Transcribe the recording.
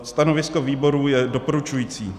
Stanovisko výboru je doporučující.